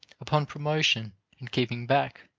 upon promotion and keeping back,